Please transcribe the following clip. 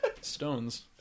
Stones